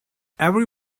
every